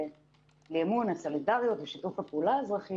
ולאמון הסולידריות ושיתוף הפעולה האזרחיים